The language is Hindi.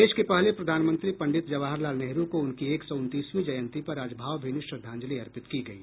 देश के पहले प्रधानमंत्री पंडित जवाहर लाल नेहरू को उनकी एक सौ उनतीसवीं जयंती पर आज भावभीनी श्रद्वांजलि अर्पित की गयी